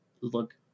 look